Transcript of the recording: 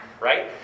right